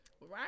Right